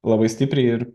labai stipriai ir